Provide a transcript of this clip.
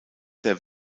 der